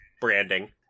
branding